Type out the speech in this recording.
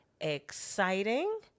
Exciting